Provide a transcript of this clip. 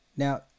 Now